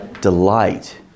delight